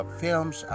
films